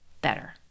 better